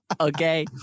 Okay